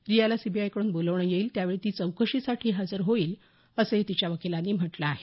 रियाला सीबीआयकडून बोलावणं येईल त्यावेळी ती चौकशीसाठी हजर होईल असंही तिच्या वकिलांनी म्हटलं आहे